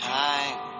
time